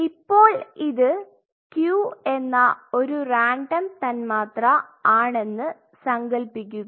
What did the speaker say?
ഇപ്പോൾ ഇത് Q എന്ന ഒരു റാൻഡം തന്മാത്ര ആണെന്ന് സങ്കൽപ്പിക്കുക